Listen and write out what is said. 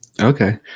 Okay